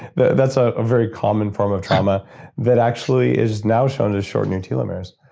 but that's ah a very common form of trauma that actually is now shown to shorten and telomeres.